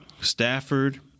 Stafford